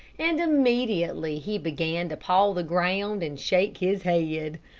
and immediately he began to paw the ground and shake his head.